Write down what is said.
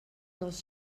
dels